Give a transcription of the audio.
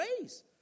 ways